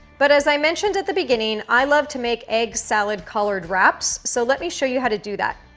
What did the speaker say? but as i mentioned at the beginning, i love to make egg salad collard wraps, so let me show you how to do that.